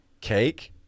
Cake